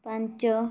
ପାଞ୍ଚ